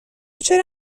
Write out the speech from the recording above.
چرا